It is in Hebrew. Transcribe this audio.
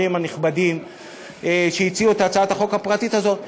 הנכבדים שהציעו את הצעת החוק הפרטית הזאת,